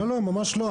לא, ממש לא.